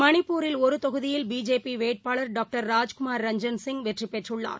மணிப்பூரில் ஒருதொகுதியில் பிஜேபிவேட்பாளர் டாக்டர் ராஜ்குமார் ரஞ்ஜன் சிங் வெற்றிபெற்றுள்ளார்